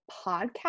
podcast